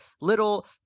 little